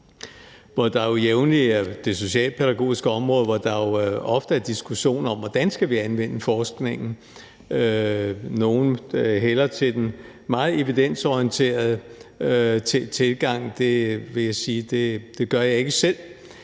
hvor der jo jævnligt på det socialpædagogiske område er diskussion om, hvordan vi skal anvende forskningen, og nogle hælder til den meget evidensorienterede tilgang. Det vil jeg sige at jeg ikke selv